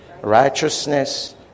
righteousness